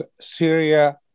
Syria